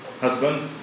Husbands